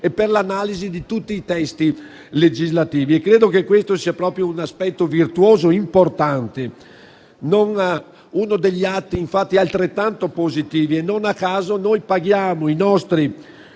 e per l'analisi di tutti i testi legislativi. Credo che questo sia un aspetto virtuoso e importante. Uno degli atti altrettanto positivi riguarda il fatto che non a caso noi paghiamo i nostri